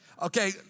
Okay